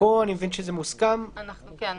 מי שכיהן